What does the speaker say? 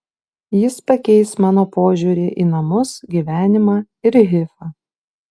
jis pakeis mano požiūrį į namus gyvenimą ir hifą